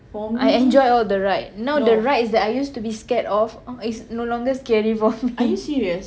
I enjoy all the ride now the rides that I used to be scared of is no longer scary for me